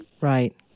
right